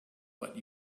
what